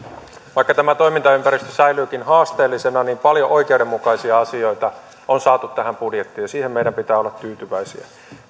vaikka tämä toimintaympäristö säilyykin haasteellisena niin paljon oikeudenmukaisia asioita on saatu tähän budjettiin ja siihen meidän pitää olla tyytyväisiä